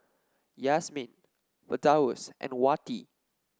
Yasmin Firdaus and Wati